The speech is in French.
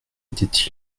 était